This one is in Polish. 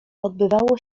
odbywało